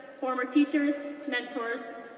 former teachers, mentors,